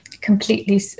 completely